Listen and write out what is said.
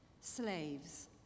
Slaves